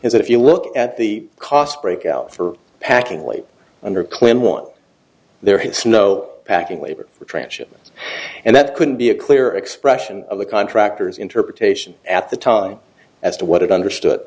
is if you look at the cost breakout for packing only under clinton one there had snow packing labor tranship and that couldn't be a clear expression of the contractors interpretation at the time as to what it understood